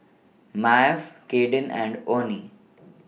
Maeve Caiden and Onnie